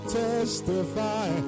testify